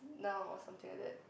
now or something like that